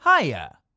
Hiya